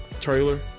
trailer